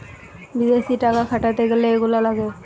বিদেশে টাকা খাটাতে গ্যালে এইগুলা লাগে